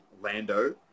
Lando